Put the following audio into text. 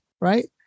right